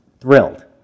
thrilled